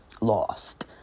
lost